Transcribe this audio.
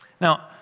Now